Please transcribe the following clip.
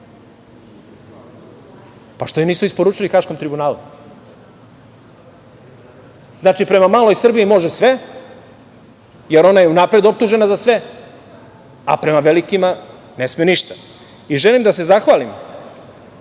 Pa, što je nisu isporučili Haškom tribunalu? Znači, prema maloj Srbiji može sve, jer ona je unapred optužena za sve, a prema velikima ne sme ništa. Želim da se zahvalim,